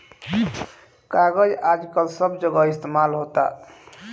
कागज आजकल सब जगह इस्तमाल होता